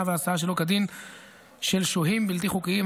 הלנה והעסקה שלא כדין של שוהים בלתי חוקיים),